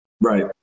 Right